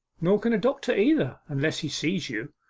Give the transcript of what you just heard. nor can a doctor either, unless he sees you